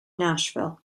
nashville